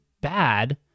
bad